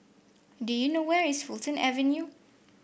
do you know where is Fulton Avenue